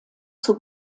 zur